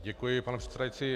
Děkuji, pane předsedající.